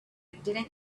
didn’t